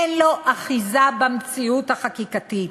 אין לו אחיזה במציאות החקיקתית.